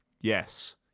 Yes